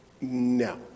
no